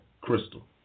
Crystal